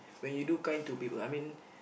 when you too kind to people I mean